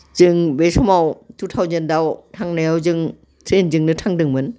जों बे समाव टु थावजेन्डआव थांनायाव जों ट्रेनजोंनो थांदोंमोन